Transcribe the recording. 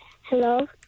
Hello